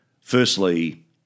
firstly